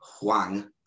Huang